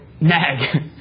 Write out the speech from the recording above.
Nag